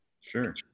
Sure